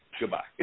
Goodbye